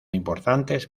importantes